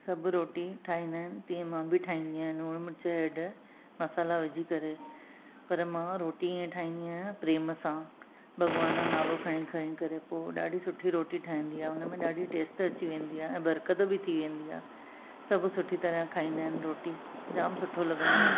सभु रोटी ठाहींदा आहिनि तीअं मां बि ठाहींदी आहियां लुणु मिर्चु हैड मसाला विझी करे पर मां रोटी ईअं ठाहींदी आहियां प्रेम सां भॻवान जो नालो खणी खणी करे पोइ ॾाढी सुठी रोटी ठहंदी आहे हुन में ॾाढी टेस्ट अची वेंदी आहे ऐं बर्कत बि थी वेंदी आहे सभु सुठी तरह खाईंदा आहिनि रोटी जाम सुठो लॻंदो आहे